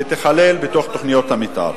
שתיכלל בתוך תוכניות המיתאר.